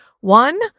One